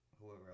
whoever